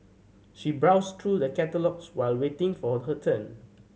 she browsed through the catalogues while waiting for her turn